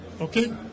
Okay